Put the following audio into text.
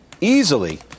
easily